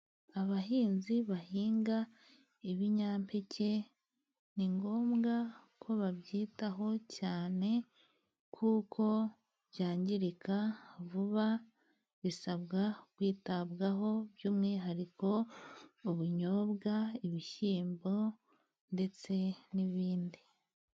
Abahinzi bahinga ibinyampeke ni ngombwa ko babyitaho cyane, kuko byangirika vuba. Bisabwa kwitabwaho by’umwihariko ubunyobwa, ibishyimbo, ndetse n’ibindi.